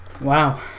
Wow